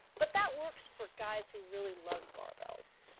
but that works for guys who really love barbells